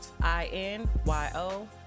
I-N-Y-O